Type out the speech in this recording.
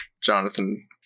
Jonathan